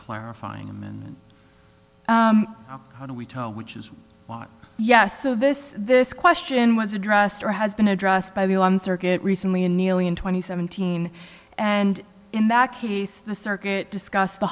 clarifying them and how do we tell which is why yes so this this question was addressed or has been addressed by the circuit recently in nearly in twenty seventeen and in that case the circuit discussed the